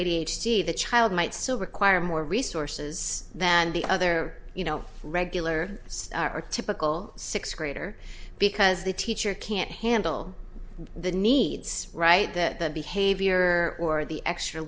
t the child might still require more resources than the other you know regular or typical sixth grader because the teacher can't handle the needs right that the behavior or the extra